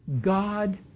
God